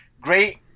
great